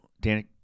Dan